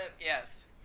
yes